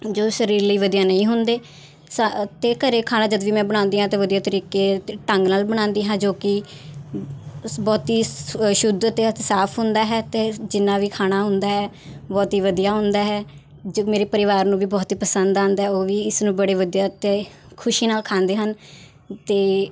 ਜੋ ਸਰੀਰ ਲਈ ਵਧੀਆ ਨਹੀਂ ਹੁੰਦੇ ਸਾ ਅਤੇ ਘਰ ਖਾਣਾ ਜਦੋਂ ਵੀ ਮੈਂ ਬਣਾਉਂਦੀ ਹਾਂ ਤਾਂ ਵਧੀਆ ਤਰੀਕੇ ਅਤੇ ਢੰਗ ਨਾਲ ਬਣਾਉਂਦੀ ਹਾਂ ਜੋ ਕਿ ਸ ਬਹੁਤ ਹੀ ਸ਼ੁੱਧ ਅਤੇ ਸਾਫ਼ ਹੁੰਦਾ ਹੈ ਅਤੇ ਜਿੰਨਾ ਵੀ ਖਾਣਾ ਹੁੰਦਾ ਹੈ ਬਹੁਤ ਹੀ ਵਧੀਆ ਹੁੰਦਾ ਹੈ ਜੋ ਮੇਰੇ ਪਰਿਵਾਰ ਨੂੰ ਵੀ ਬਹੁਤ ਹੀ ਪਸੰਦ ਆਉਂਦਾ ਉਹ ਵੀ ਇਸ ਨੂੰ ਬੜੇ ਵਧੀਆ ਅਤੇ ਖੁਸ਼ੀ ਨਾਲ ਖਾਂਦੇ ਹਨ ਅਤੇ